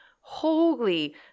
holy